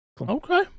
Okay